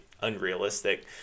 unrealistic